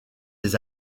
les